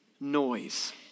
noise